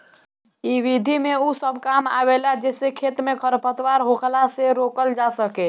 इ विधि में उ सब काम आवेला जेसे खेत में खरपतवार होखला से रोकल जा सके